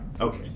Okay